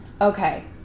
Okay